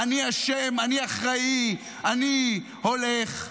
אני אשם, אני אחראי, אני הולך הביתה?